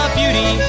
beauty